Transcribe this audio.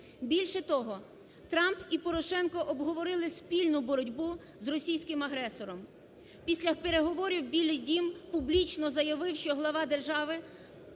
Більше того, Трамп і Порошенко обговорили спільну боротьбу з російським агресором. Після переговорів Білий дім публічно заявив, що глава держави